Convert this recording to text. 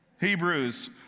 Hebrews